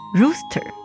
Rooster